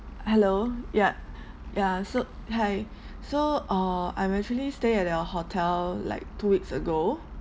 hello yeah yeah so hi so err I'm actually stay at your hotel like two weeks ago